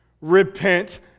repent